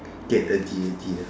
get a D_A dear